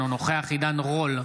אינו נוכח עידן רול,